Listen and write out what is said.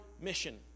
mission